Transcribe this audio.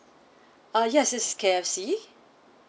ah yes this is K_F_C